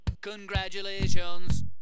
Congratulations